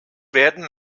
werden